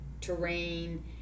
terrain